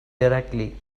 directly